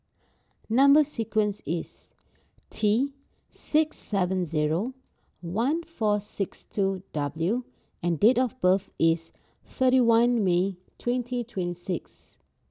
Number Sequence is T six seven zero one four six two W and date of birth is thirty one May twenty twenty six